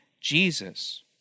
Jesus